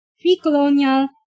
pre-colonial